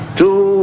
two